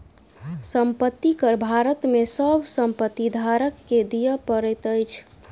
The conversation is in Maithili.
संपत्ति कर भारत में सभ संपत्ति धारक के दिअ पड़ैत अछि